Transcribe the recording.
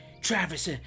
Travis